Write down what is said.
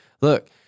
Look